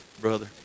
Brother